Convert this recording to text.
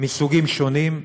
מסוגים שונים.